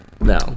no